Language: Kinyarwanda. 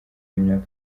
y’imyaka